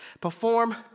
perform